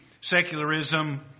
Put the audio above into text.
secularism